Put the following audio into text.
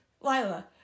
Lila